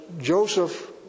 Joseph